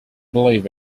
believe